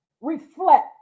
reflect